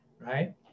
right